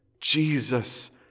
Jesus